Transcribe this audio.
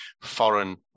foreign